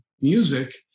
music